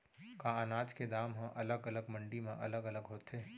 का अनाज के दाम हा अलग अलग मंडी म अलग अलग होथे?